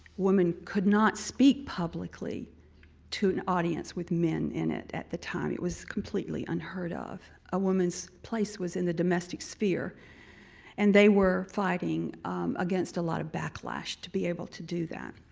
women could not speak publicly to an audience with men in it at the time. it was completely unheard of. a woman's place was in the domestic sphere and they were flagging against a lot of backlash to be able to do that.